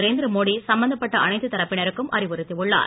நரேந்திர மோடி சம்பந்தப்பட்ட அனைத்து தரப்பினருக்கும் அறிவுறுத்தியுள்ளார்